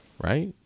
right